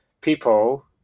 people